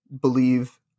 believe